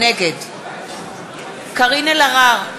נגד קארין אלהרר,